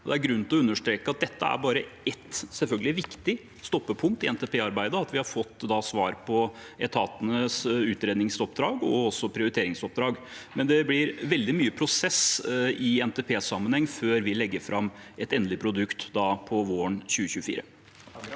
Det er grunn til å understreke at det bare er ett, men selvfølgelig viktig, stoppepunkt i NTP-arbeidet at vi har fått svar på etatenes utredningsoppdrag og også prioriteringsoppdrag. Men det blir veldig mye prosess i NTP-sammenheng før vi legger fram et endelig produkt våren 2024.